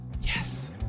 yes